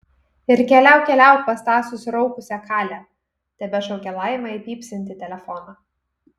ir keliauk keliauk pas tą susiraukusią kalę tebešaukė laima į pypsintį telefoną